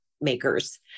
makers